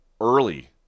Early